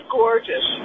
gorgeous